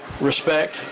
respect